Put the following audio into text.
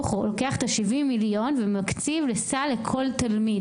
לוקח את 70 המיליון ומקציב לסל לכל תלמיד,